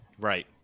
Right